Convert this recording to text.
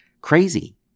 crazy